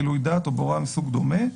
גילוי דעת או בהוראה מסוג דומה".